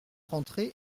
rentré